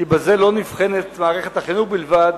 כי בזה לא נבחנת מערכת החינוך בלבד,